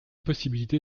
possibilité